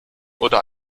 oder